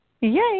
Yay